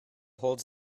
holds